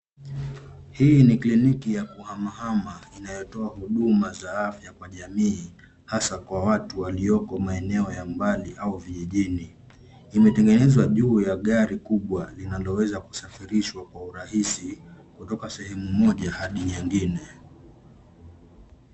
Hii nikliniki ya kuhamahama inayotoa huduma za afya kwa watu wa jamii, haswa kwa watu walioko maeneo ya mbali au vijijini. Imetengenezwa juu ya gari kubwa inayoweza kusafirishwa kwa urahisi kutoka sehemu moja hadi nyingine.